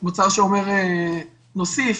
מצב שמוסיף,